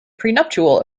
prenuptial